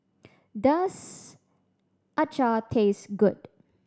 does acar taste good